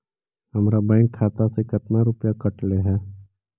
हमरा बैंक खाता से कतना रूपैया कटले है?